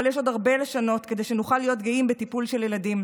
אבל יש עוד הרבה לשנות כדי שנוכל להיות גאים בטיפול בילדים.